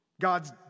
God's